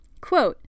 Quote